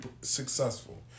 successful